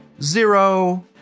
Zero